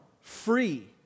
free